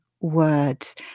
words